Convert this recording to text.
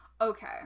Okay